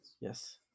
Yes